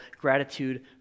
gratitude